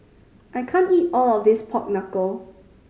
I can't eat all of this pork knuckle